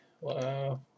wow